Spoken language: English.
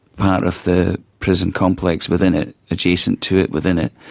part of the prison complex within it, adjacent to it, within it,